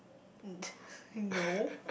um no